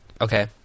Okay